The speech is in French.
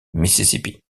mississippi